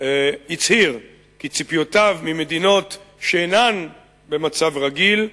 הצהיר כי ציפיותיו ממדינות שאינן במצב רגיל,